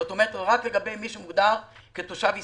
זאת אומרת רק למי שמוגדר תושב ישראלי.